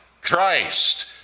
Christ